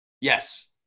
Yes